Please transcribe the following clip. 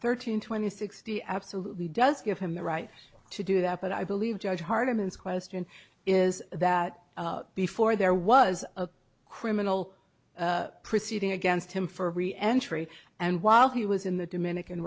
thirteen twenty sixty absolutely does give him the right to do that but i believe judge hardiman is question is that before there was a criminal proceeding against him for re entry and while he was in the dominican